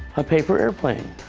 a paper airplane.